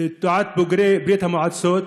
תנועת בוגרי ברית-המועצות,